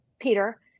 Peter